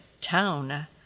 town